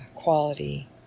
quality